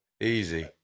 Easy